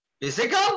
Physical